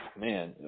man